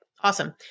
Awesome